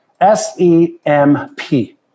S-E-M-P